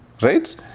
right